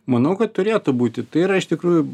manau kad turėtų būti tai yra iš tikrųjų